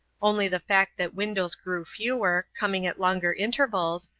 only the fact that windows grew fewer, coming at longer intervals,